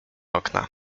okna